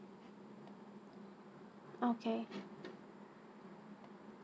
okay